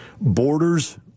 Borders